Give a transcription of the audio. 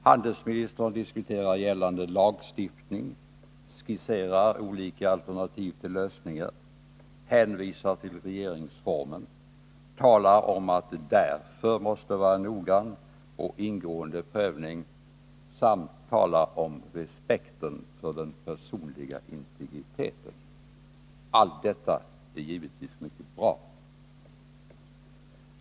Handelsministern diskuterar gällande lagstiftning, skisserar olika alternativ till lösningar, hänvisar till regeringsformen, talar om att det måste vara en noggrann och ingående prövning samt talar om respekten för den personliga integriteten. Allt detta är givetvis mycket bra.